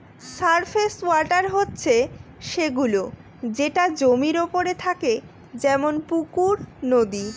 surface water হচ্ছে সে গুলো যেটা জমির ওপরে থাকে যেমন পুকুর, নদী